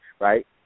right